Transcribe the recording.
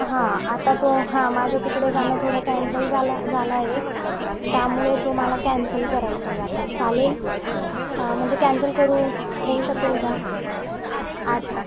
हां आता तो हां माझं तिकडे जाणं थोडं कॅन्सल झालं झालं आहे त्यामुळे तुम्हाला कॅन्सल करायचं आहे आता चालेल म्हणजे कॅन्सल करू होऊ शकेल का अच्छा